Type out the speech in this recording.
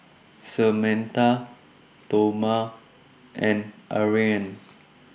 Samatha Toma and Ariane